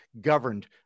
governed